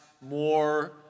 more